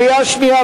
קריאה שנייה,